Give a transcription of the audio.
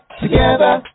together